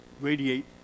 radiate